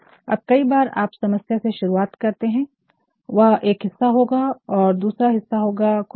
अब कई बार आप समस्या से शुरुआत करते हैं वह एक हिस्सा होगा और दूसरा हिस्सा होगा कुछ और